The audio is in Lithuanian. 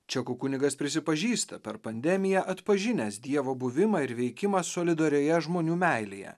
čekų kunigas prisipažįsta per pandemiją atpažinęs dievo buvimą ir veikimą solidarioje žmonių meilėje